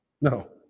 no